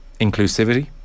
inclusivity